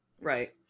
Right